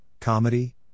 comedy